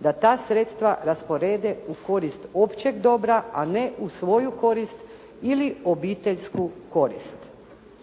da ta sredstva rasporede u korist općeg dobra, a ne u svoju korist ili obiteljsku korist.